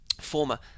former